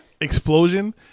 Explosion